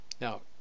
Now